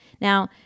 Now